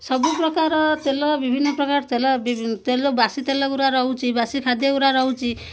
ସବୁପ୍ରକାର ତେଲ ବିଭିନ୍ନ ପ୍ରକାର ତେଲ ତେଲ ବାସି ତେଲ ଗୁରା ରହୁଛି ବାସି ଖାଦ୍ୟ ଗୁରା ରହୁଛି